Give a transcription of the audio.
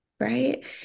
Right